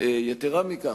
יתירה מכך,